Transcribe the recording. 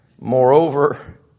Moreover